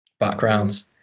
backgrounds